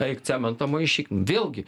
eik cementą maišyk vėlgi